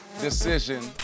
decision